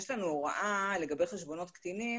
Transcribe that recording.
יש לנו הוראה לגבי חשבונות קטינים,